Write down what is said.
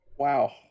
Wow